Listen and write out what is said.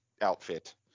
outfit